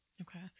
Okay